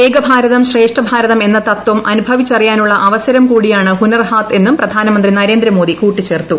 ഏക ഭാരതം ശ്രേഷ്ഠ ഭാരതം എന്ന തത്വം അനുഭവിച്ചറിയാനുള്ള അവസരം കൂടിയാണ് ഹുനർഹാത്ത് എന്നും പ്രധാനമന്ത്രി നരന്ദ്രമോദി കൂട്ടിച്ചേർത്തു